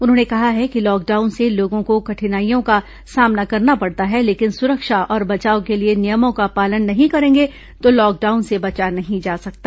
उन्होंने कहा है कि लॉकडाउन से लोगों को कठिनाई का सामना करना पड़ता है लेकिन सुरक्षा और बचाव के लिए नियमों का पालन नहीं करेंगे तो लॉकडाउन से बचा नहीं जा सकता